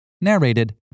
Narrated